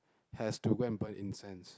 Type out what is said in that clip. has to go and burn incense